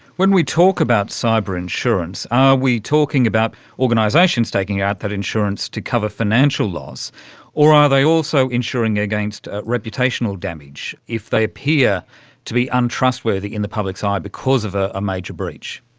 when we talk about cyber insurance, are we talking about organisations taking out that insurance to cover financial loss or are they also insuring against reputational damage if they appear to be untrustworthy in the public's eye because of a ah major breach?